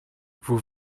vous